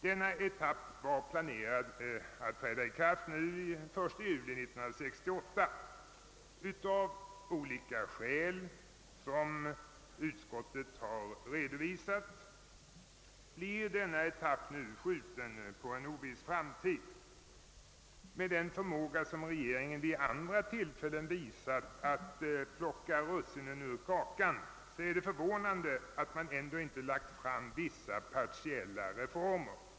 Denna etapp var planerad att träda i kraft den 1 juli 1968. Av olika skäl som utskottet redovisar blir denna etapp skjuten på en oviss framtid. Med den förmåga som regeringen vid andra tillfällen visat att plocka russinen ur kakan är det förvånande, att man ändå inte lagt fram förslag till vissa partiella reformer.